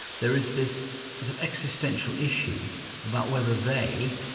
there is this sort of existential issue about whether they,